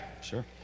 sure